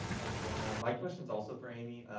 how's it going? ah um my question is also for aimie.